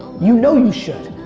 you know you should.